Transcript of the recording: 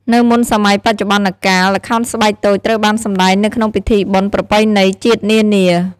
នៅមុនសម័យបច្ចុប្បន្នកាល ល្ខោនស្បែកតូចត្រូវបានសម្តែងនៅក្នុងពិធីបុណ្យប្រពៃណីជាតិនានា ។